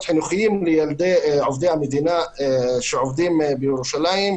חינוכיים לילדי עובדי המדינה שעובדים בירושלים.